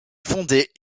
fondées